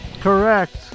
Correct